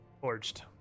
forged